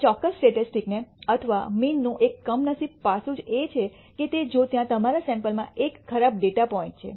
આ ચોક્કસ સ્ટેટિસ્ટિક્સને અથવા મીનનું એક કમનસીબ પાસું એ છે કે તે જો ત્યાં તમારા સૈમ્પલમાં એક ખરાબ ડેટા પોઇન્ટ છે